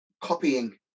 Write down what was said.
copying